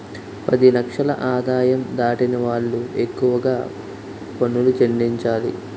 పది లక్షల ఆదాయం దాటిన వాళ్లు ఎక్కువగా పనులు చెల్లించాలి